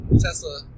Tesla